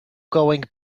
going